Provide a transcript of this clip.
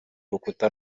rukuta